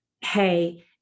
hey